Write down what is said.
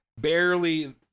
barely